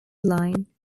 line